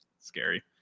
Scary